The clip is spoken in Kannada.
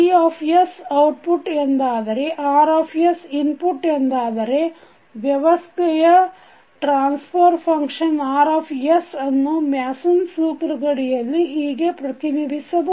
C ಔಟ್ಪುಟ್ ಎಂದಾದರೆ R ಇನ್ಪುಟ್ ಎಂದಾದರೆ ವ್ಯವಸ್ಥೆಯ ಟ್ರಾನ್ಸಫರ್ ಫಂಕ್ಷನ್ Rಅನ್ನು ಮ್ಯಾಸನ್ ಸೂತ್ರದಡಿಯಲ್ಲಿ ಹೀಗೆ ಪ್ರತಿನಿಧಿಸಬಹುದು